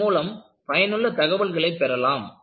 இதன் மூலம் பயனுள்ள தகவல்களை பெறலாம்